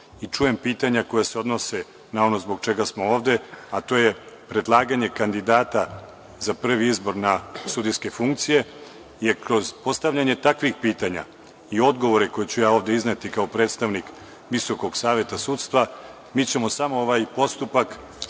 i čujem pitanja koja se odnose na ono zbog čega smo ovde, a to je predlaganje kandidata za prvi izbor na sudijske funkcije. Kroz postavljanje takvih pitanja i odgovore koje ću izneti kao predstavnik Visokog saveta sudstva, mi ćemo samo ovaj postupak